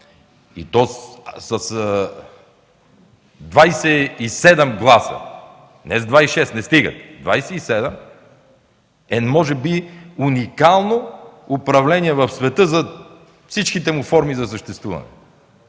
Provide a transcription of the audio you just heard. и то с 27 гласа – 26 не стигат, е може би уникално управление в света за всичките му форми на съществуване.